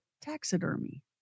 taxidermy